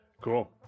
cool